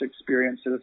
experiences